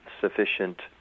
sufficient